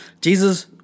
Jesus